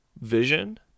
vision